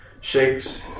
shakes